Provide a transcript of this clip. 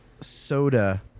soda